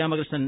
Ramakrishnan